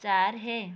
चार है